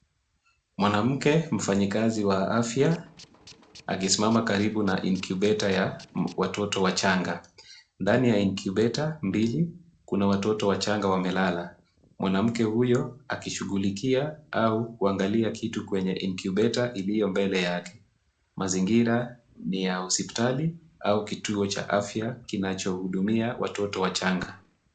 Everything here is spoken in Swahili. Mwanamke mfanyikazi wa afya, akisimama karibu na incubator ya watoto wachanga. Ndani ya incubator mbili, kuna watoto wachanga, wamelala. Mwanamke huyo akishughulikia, au kuangalia kitu kwenye incubator iliyo mbele yake. Mazingira ni ya hospitali, au kituo cha afya, kinachohudumia watoto wachanga.